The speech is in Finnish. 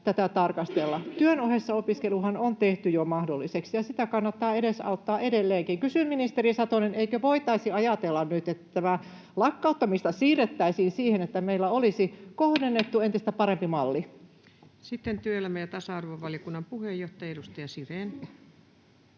tätä tarkastella. Työn ohessa opiskeluhan on tehty jo mahdolliseksi, ja sitä kannattaa edesauttaa edelleenkin. Kysyn, ministeri Satonen: eikö voitaisi ajatella nyt, että tätä lakkauttamista siirrettäisiin siihen, että meillä olisi kohdennettu, entistä parempi malli? Sitten työelämä- ja tasa-arvovaliokunnan puheenjohtaja, edustaja Sirén.